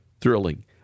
thrilling